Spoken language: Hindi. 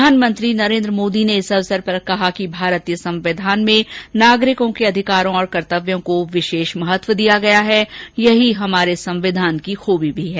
प्रधानमंत्री नरेन्द्र मोदी ने इस अवसर पर कहा कि भारतीय संविधान में नागरिकों के अधिकारों और कर्तव्यों को विशेष महत्व दिया गया है यही हमारे संविधान की खूबी भी है